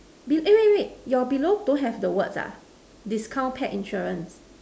be eh wait wait wait your below don't have the words ah discount pet insurance